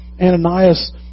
Ananias